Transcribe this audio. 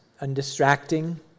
undistracting